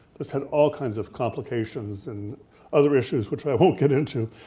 this had all kinds of complications and other issues which i won't get into,